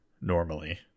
normally